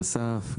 אסף,